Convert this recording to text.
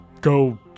go